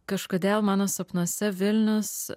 kažkodėl mano sapnuose vilnius